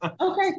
okay